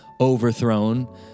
overthrown